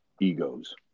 egos